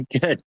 Good